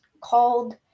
called